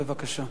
בבקשה.